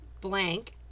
blank